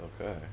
Okay